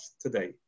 today